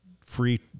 free